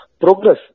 progress